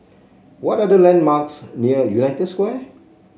what are the landmarks near United Square